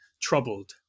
troubled